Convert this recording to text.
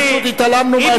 אנחנו פשוט התעלמנו מהאפשרות.